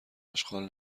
آشغال